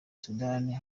sudani